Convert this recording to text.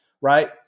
right